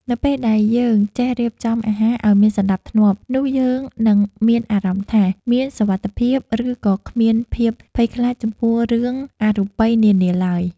នៅពេលដែលយើងចេះរៀបចំអាហារឱ្យមានសណ្តាប់ធ្នាប់នោះយើងនឹងមានអារម្មណ៍ថា មានសុវត្ថិភាព ឬក៏គ្មានភាពភ័យខ្លាចចំពោះរឿងអរូបិយនានាឡើយ។